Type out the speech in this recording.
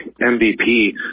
MVP